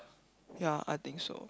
ya I think so